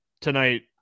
tonight